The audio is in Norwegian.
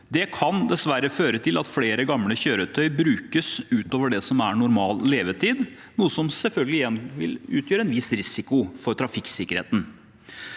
Det kan dessverre føre til at flere gamle kjøretøy brukes utover det som er normal levetid, noe som selvfølgelig igjen vil utgjøre en viss risiko for trafikksikkerheten.